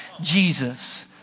Jesus